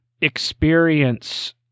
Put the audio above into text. experience